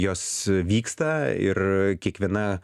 jos vyksta ir kiekviena